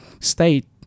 state